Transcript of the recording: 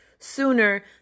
sooner